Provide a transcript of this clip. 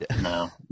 No